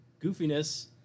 goofiness